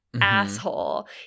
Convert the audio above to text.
asshole